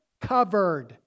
covered